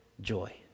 Joy